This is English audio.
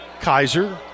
Kaiser